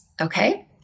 Okay